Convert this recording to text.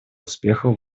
успехов